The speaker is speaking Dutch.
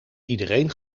iedereen